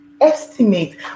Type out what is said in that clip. Estimate